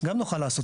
גם נוכל לעשות.